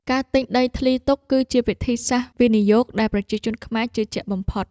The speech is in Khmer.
ការទិញដីធ្លីទុក គឺជាវិធីសាស្ត្រវិនិយោគដែលប្រជាជនខ្មែរជឿជាក់បំផុត។